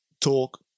talk